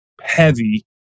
heavy